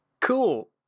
cool